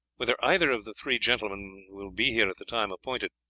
whether either of the three gentlemen will be here at the time appointed,